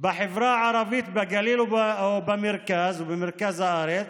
בחברה הערבית בגליל ובמרכז הארץ,